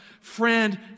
friend